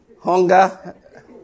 hunger